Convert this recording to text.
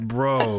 Bro